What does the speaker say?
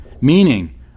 meaning